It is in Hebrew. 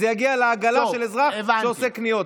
זה יגיע לעגלה של אזרח שעושה קניות.